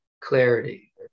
clarity